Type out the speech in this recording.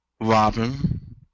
Robin